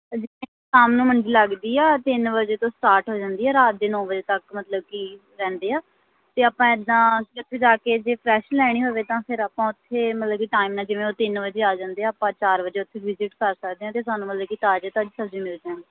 ਸ਼ਾਮ ਨੂੰ ਮੰਡੀ ਲੱਗਦੀ ਆ ਤਿੰਨ ਵਜੇ ਤੋਂ ਸਟਾਰਟ ਹੋ ਜਾਂਦੀ ਹੈ ਰਾਤ ਦੇ ਨੌ ਵਜੇ ਤੱਕ ਮਤਲਬ ਕਿ ਰਹਿੰਦੇ ਆ ਅਤੇ ਆਪਾਂ ਇੱਦਾਂ ਜੇ ਉੱਥੇ ਜਾ ਕੇ ਜੇ ਫਰੈਸ਼ ਲੈਣੀ ਹੋਵੇ ਤਾਂ ਫਿਰ ਆਪਾਂ ਉੱਥੇ ਮਤਲਬ ਕਿ ਟਾਈਮ ਨਾਲ ਜਿਵੇਂ ਉਹ ਤਿੰਨ ਵਜੇ ਆ ਜਾਂਦੇ ਹੈ ਆਪਾਂ ਚਾਰ ਵਜੇ ਉੱਥੇ ਵਿਜ਼ੀਟ ਕਰ ਸਕਦੇ ਹਾਂ ਅਤੇ ਸਾਨੂੰ ਮਤਲਬ ਕਿ ਤਾਜ਼ੀ ਤਾਜ਼ੀ ਸਬਜ਼ੀ ਮਿਲ ਜਾਣੀ